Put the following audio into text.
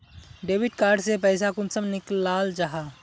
Debit card से पैसा कुंसम निकलाल जाहा?